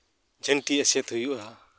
ᱡᱷᱟᱹᱱᱴᱤ ᱮᱥᱮᱫ ᱦᱩᱭᱩᱜᱼᱟ